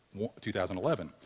2011